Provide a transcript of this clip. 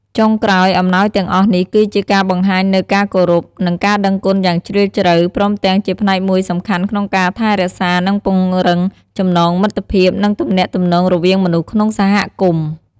ចុងក្រោយ អំណោយទាំងអស់នេះ គឺជាការបង្ហាញនូវការគោរព និងការដឹងគុណយ៉ាងជ្រាលជ្រៅ ព្រមទាំងជាផ្នែកមួយសំខាន់ក្នុងការថែរក្សា និងពង្រឹងចំណងមិត្តភាព និងទំនាក់ទំនងរវាងមនុស្សក្នុងសហគមន៍។